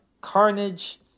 carnage